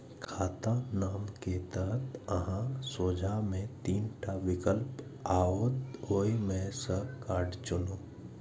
खाताक नाम के तहत अहांक सोझां मे तीन टा विकल्प आओत, ओइ मे सं कार्ड चुनू